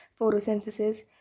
photosynthesis